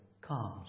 comes